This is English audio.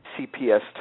CPS